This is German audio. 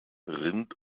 rind